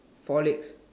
four legs